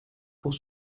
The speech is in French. pour